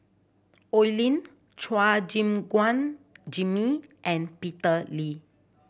Oi Lin Chua Gim Guan Jimmy and Peter Lee